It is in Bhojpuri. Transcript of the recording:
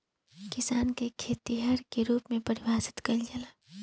किसान के खेतिहर के रूप में परिभासित कईला जाला